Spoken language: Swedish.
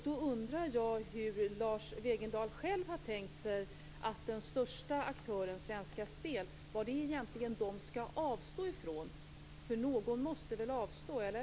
Då undrar jag vad Lars Wegendal själv har tänkt sig att den största aktören, Svenska Spel, egentligen skall avstå ifrån, för någon måste väl avstå, eller?